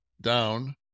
down